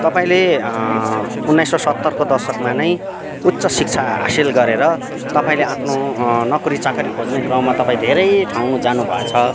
तपाईँले उन्नासाइ सौ सत्तरको दशकमा नै उच्च शिक्षा हासिल गरेर तपाईँले आफ्नो नोकरी चाकरी खोज्ने क्रममा तपाईँ धेरै ठाउँ जानु भएछ